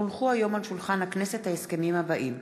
כי הונחו היום על שולחן הכנסת ההסכמים הבאים: